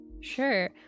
Sure